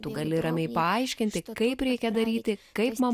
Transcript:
tu gali ramiai paaiškinti kaip reikia daryti kaip man